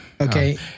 Okay